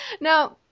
Now